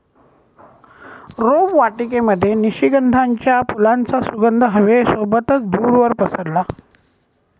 रोपवाटिकेमध्ये निशिगंधाच्या फुलांचा सुगंध हवे सोबतच दूरवर पसरला